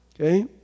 okay